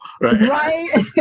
Right